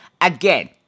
Again